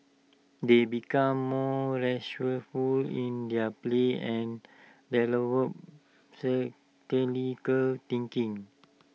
they become more resourceful in their play and thinking